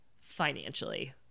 financially